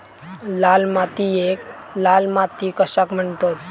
लाल मातीयेक लाल माती कशाक म्हणतत?